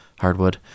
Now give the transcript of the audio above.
hardwood